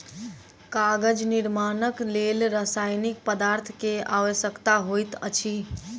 कागज निर्माणक लेल रासायनिक पदार्थ के आवश्यकता होइत अछि